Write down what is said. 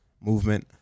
movement